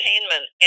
entertainment